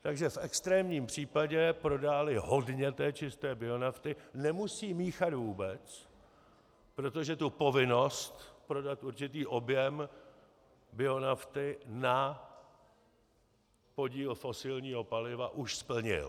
Takže v extrémním případě prodáli hodně čisté bionafty, nemusí míchat vůbec, protože tu povinnost prodat určitý objem bionafty na podíl fosilního paliva už splnil.